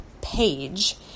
page